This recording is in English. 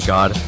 God